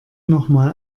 nochmal